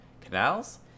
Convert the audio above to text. canals